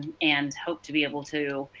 and hoped to be able to.